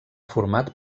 format